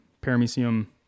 paramecium